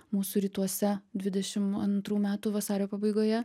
mūsų rytuose dvidešim antrų metų vasario pabaigoje